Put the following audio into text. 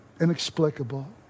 inexplicable